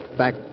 back